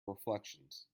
reflections